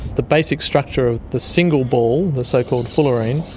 the basic structure of the single ball, the so-called fullerene,